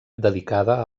dedicada